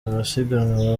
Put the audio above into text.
abasiganwa